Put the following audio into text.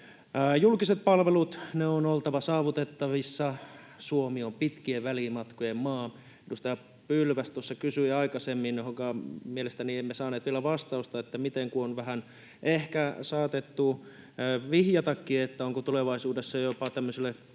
Julkisten palvelujen on oltava saavutettavissa. Suomi on pitkien välimatkojen maa. Edustaja Pylväs tuossa kysyi aikaisemmin siitä — mihin mielestäni emme saaneet vielä vastausta — kun on vähän ehkä saatettu vihjatakin, että onko tulevaisuudessa jopa tämmöisille pakkokuntaliitoksille